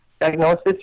Diagnosis